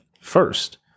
First